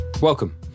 Welcome